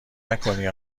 نکنی